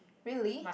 really